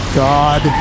god